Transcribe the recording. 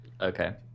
Okay